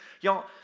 Y'all